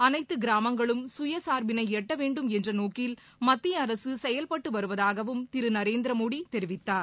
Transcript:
அனைத்து கிராமங்களும் சுயசார்பினை எட்ட வேண்டும் என்ற நோக்கில் மத்திய அரசு செயல்பட்டு வருவதாகவும் திரு நரேந்திர மோடி தெரிவித்தார்